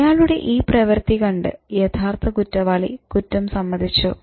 അയാളുടെ ഈ പ്രവൃത്തി കണ്ട് യഥാർത്ഥ കുറ്റവാളി കുറ്റം സമ്മതിച്ചു